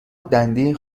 دنده